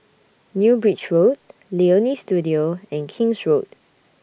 New Bridge Road Leonie Studio and King's Road